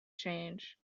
change